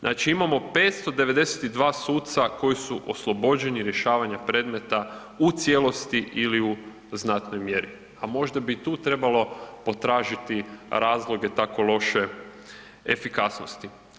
Znači imamo 592 suca koji su oslobođeni rješavanja predmeta u cijelosti ili u znatnoj mjeri, a možda bi tu trebalo potražiti razloge tako loše efikasnosti.